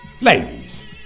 Ladies